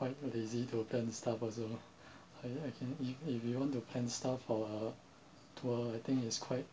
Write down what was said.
quite lazy to plan stuff also I I can if if you want to plan stuff for uh tour I think is quite